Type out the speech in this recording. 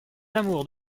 amours